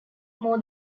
more